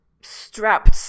strapped